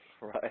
Right